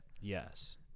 Yes